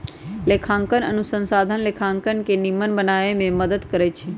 लेखांकन अनुसंधान लेखांकन के निम्मन बनाबे में मदद करइ छै